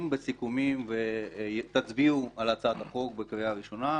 בסיכומים ותצביעו על הצעת החוק בקריאה ראשונה?